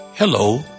Hello